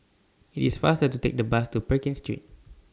IT IS faster to Take The Bus to Pekin Street